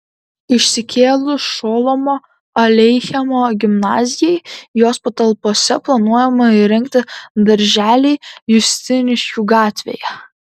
išsikėlus šolomo aleichemo gimnazijai jos patalpose planuojama įrengti darželį justiniškių gatvėje